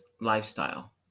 Lifestyle